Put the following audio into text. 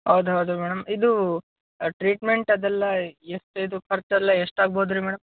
ಹೌದು ಹೌದು ಮೇಡಮ್ ಇದು ಟ್ರೀಟ್ಮೆಂಟ್ ಅದೆಲ್ಲ ಎಷ್ಟು ಅದು ಖರ್ಚೆಲ್ಲ ಎಷ್ಟು ಆಗ್ಬೋದು ರೀ ಮೇಡಮ್